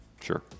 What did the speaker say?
Sure